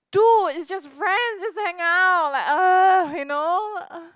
dude it's just friends just hang out like !ugh! you know !ugh!